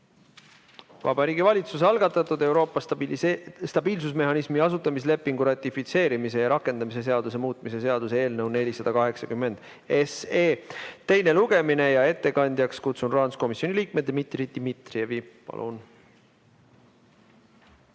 Vabariigi Valitsuse algatatud Euroopa stabiilsusmehhanismi asutamislepingu ratifitseerimise ja rakendamise seaduse muutmise seaduse eelnõu 480 teine lugemine. Ettekandjaks kutsun rahanduskomisjoni liikme Dmitri Dmitrijevi. Palun!